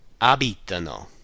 abitano